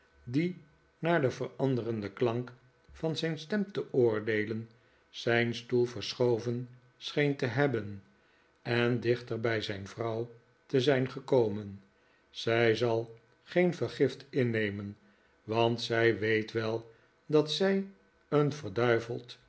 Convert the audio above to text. die naar den veranderden klank van zijn stem te oordeelen zijn stoel verschoven scheen te hebben en dichter bij zijn vrouw te zijn gekomen zij zal geen vergift innemen want zij weet wel dat zij een